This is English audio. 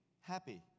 happy